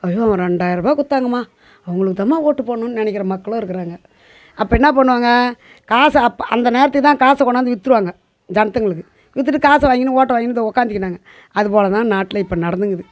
ஐயோ ரெண்டாயிரரூபா கொடுத்தாங்கம்மா அவங்களுக்கு தாம்மா ஓட்டு போடணுன்னு நினைக்கிற மக்களும் இருக்குறாங்க அப்போ என்னா பண்ணுவாங்க காசு அப்போ அந்த நேரத்துக்கு தான் காசை கொண்டாந்து வித்துடுவாங்க ஜனதுங்களுக்கு வித்துட்டு காசை வாங்கின்னு ஓட்டை வாங்கின்னு தோ உக்காந்துக்கின்னாங்க அதுபோல் தான் நாட்டில இப்போ நடந்துங்கிது